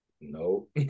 nope